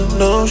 no